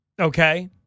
okay